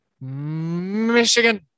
Michigan